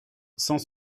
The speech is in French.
sans